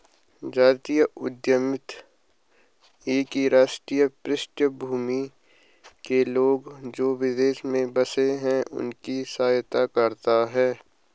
जातीय उद्यमिता एक ही राष्ट्रीय पृष्ठभूमि के लोग, जो विदेश में बसे हैं उनकी सहायता करता है